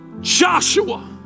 Joshua